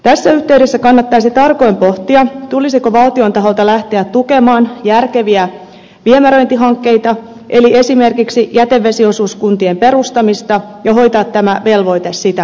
tässä yhteydessä kannattaisi tarkoin pohtia tulisiko valtion taholta lähteä tukemaan järkeviä viemäröintihankkeita eli esimerkiksi jätevesiosuuskuntien perustamista ja hoitaa tämä velvoite sitä kautta